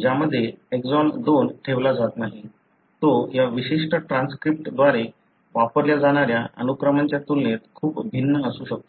ज्यामध्ये एक्सॉन 2 ठेवला जात नाही तो या विशिष्ट ट्रान्सक्रिप्टद्वारे वापरल्या जाणाऱ्या अनुक्रमांच्या तुलनेत खूप भिन्न असू शकतो